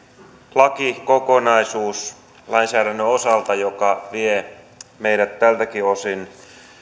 lakikokonaisuus sellaiselta lainsäädännön osalta joka vie meidät tältäkin osin